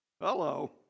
Hello